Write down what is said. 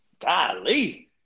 Golly